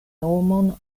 nomon